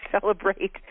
celebrate